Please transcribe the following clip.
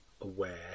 aware